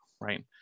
right